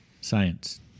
Science